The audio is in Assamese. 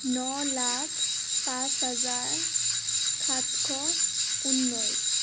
ন লাখ পাঁচ হাজাৰ সাতশ ঊনৈছ